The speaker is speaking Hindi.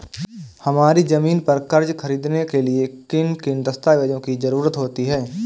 हमारी ज़मीन पर कर्ज ख़रीदने के लिए किन किन दस्तावेजों की जरूरत होती है?